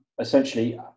essentially